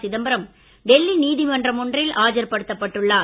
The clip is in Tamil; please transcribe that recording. சிதம்பரம் டெல்லி நீதிமன்றம் ஒன்றில் ஆஜர் படுத்தப்பட்டார்